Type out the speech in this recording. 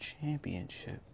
Championship